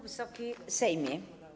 Wysoki Sejmie!